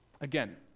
Again